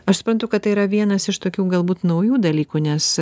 aš suprantu kad tai yra vienas iš tokių galbūt naujų dalykų nes